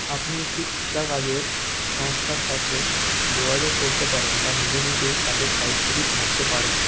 আপনি একটি ঠিকা কাজের সংস্থার সাথে যোগাযোগ করতে পারেন বা নিজে নিজেই কাজের সাইটগুলি ঘাঁটতে পারেন